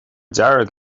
dearg